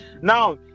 now